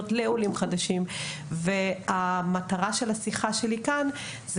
לעולים חדשים והמטרה של השיחה שלי כאן היא